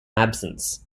absence